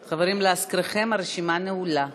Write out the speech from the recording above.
חברים, להזכירכם, הרשימה נעולה.